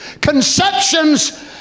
conceptions